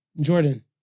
Jordan